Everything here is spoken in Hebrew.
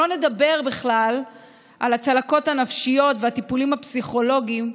שלא נדבר בכלל על הצלקות הנפשיות והטיפולים הפסיכולוגיים,